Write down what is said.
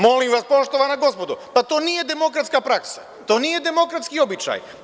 Molim vas, poštovana gospodo, pa to nije demokratska praksa, to nije demokratski običaj.